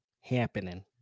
happening